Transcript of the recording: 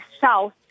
south